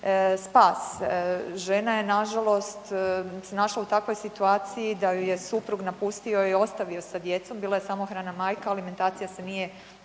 spas, žena je nažalost se našla u takvoj situaciji da ju je suprug napustio i ostavio sa djecom, bila je samohrana majka, alimentacije se nije